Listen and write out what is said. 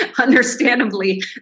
Understandably